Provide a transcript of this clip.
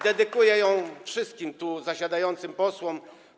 Dedykuję ją wszystkim tu zasiadającym posłom.